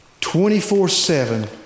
24-7